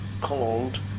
called